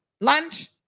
lunch